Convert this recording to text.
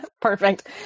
Perfect